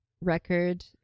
record